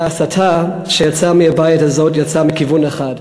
ההסתה שיצאה מהבית הזה יצאה מכיוון אחד,